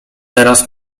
teraz